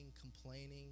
complaining